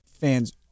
fans